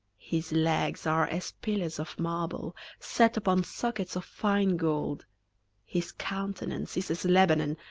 his legs are as pillars of marble, set upon sockets of fine gold his countenance is as lebanon,